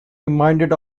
reminded